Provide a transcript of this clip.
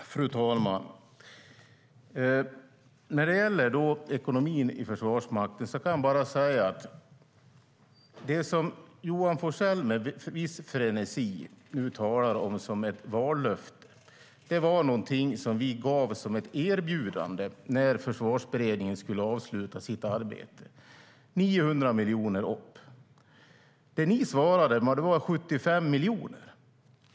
Fru talman! När det gäller ekonomin i Försvarsmakten kan jag bara säga: Det Johan Forssell med viss frenesi talar om som ett vallöfte var något vi gav som ett erbjudande när Försvarsberedningen skulle avsluta sitt arbete. Det var 900 miljoner mer. Det ni svarade med var 75 miljoner.